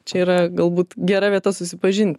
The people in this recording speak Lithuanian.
čia yra galbūt gera vieta susipažinti